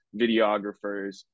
videographers